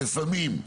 לפעמים,